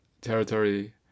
territory